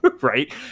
right